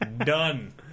done